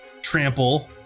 trample